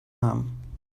haben